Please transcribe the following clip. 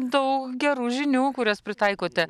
daug gerų žinių kurias pritaikote